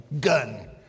gun